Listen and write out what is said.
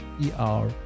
e-r